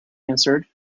answered